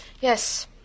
yes